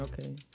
Okay